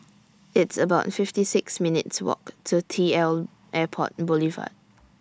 It's about fifty six minutes' Walk to T L Airport Boulevard